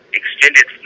extended